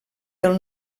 del